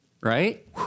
right